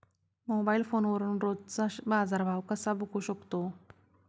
Mobile फोनवरून रोजचा बाजारभाव कसा बघू शकतो?